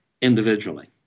individually